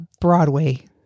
Broadway